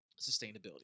sustainability